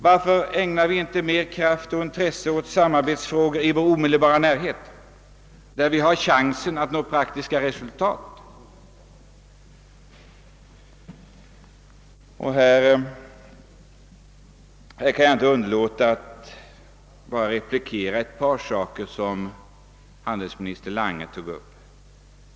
Varför ägnar vi inte mer kraft och intresse åt samarbetsfrågor i vår omedelbara närhet, där vi har chansen att nå praktiska resultat? Jag kan inte underlåta att säga några ord om ett par saker som handelsminister Lange tog upp.